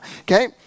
Okay